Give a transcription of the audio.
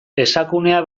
esakunea